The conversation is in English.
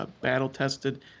battle-tested